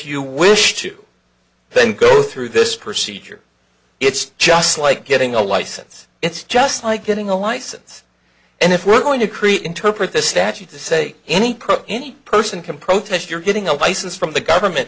you wish to then go through this procedure it's just like getting a license it's just like getting a license and if we're going to create interpret this statute to say any crook any person can protest you're getting a license from the government